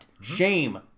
Shame